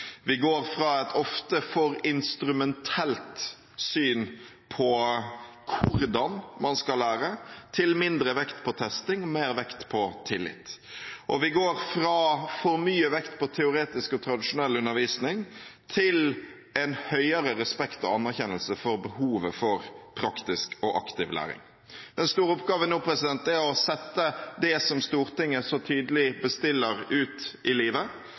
Vi går fra et ofte for instrumentelt syn på hvordan man skal lære, til mindre vekt på testing og mer vekt på tillit. Og vi går fra for mye vekt på teoretisk og tradisjonell undervisning til større respekt og anerkjennelse for behovet for praktisk og aktiv læring. Den store oppgaven nå er å sette det som Stortinget så tydelig bestiller, ut i livet.